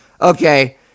okay